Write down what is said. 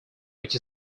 which